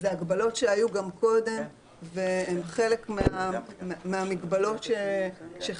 מדובר בהגבלות שהיו גם קודם והן חלק מהמגבלות שחלות